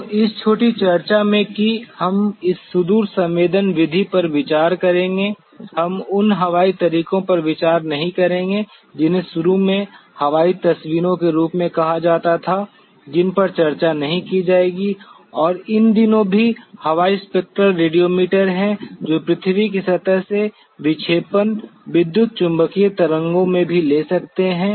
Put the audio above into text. तो इस छोटी चर्चा में कि हम इस सुदूर संवेदन विधि पर विचार करेंगे हम उन हवाई तरीकों पर विचार नहीं करेंगे जिन्हें शुरू में हवाई तस्वीरों के रूप में कहा जाता था जिन पर चर्चा नहीं की जाएगी और इन दिनों भी हवाई स्पेक्ट्रल रेडियोमीटर हैं जो पृथ्वी की सतह से विक्षेपण विद्युतचुंबकीय तरंगों में भी ले सकते हैं